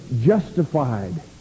justified